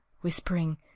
whispering